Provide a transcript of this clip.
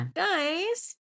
guys